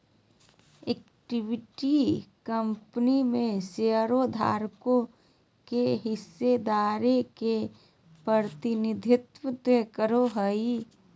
equity company में शेयरधारकों के हिस्सेदारी के प्रतिनिधित्व करो हइ